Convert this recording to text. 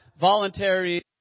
voluntary